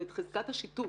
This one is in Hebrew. ואת חזקת השיתוף